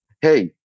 Hey